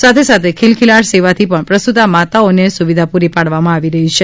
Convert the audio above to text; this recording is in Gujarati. સાથે સાથે ખિલખિલાટ સેવાથી પણ પ્રસૂતા માતાઓને સુવિધા પુરી પાડવામાં આવી રહી છે